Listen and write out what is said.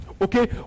okay